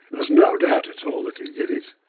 there's no doubt at all that he did it.